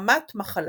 מחמת מחלה.